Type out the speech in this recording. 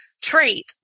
trait